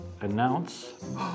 announce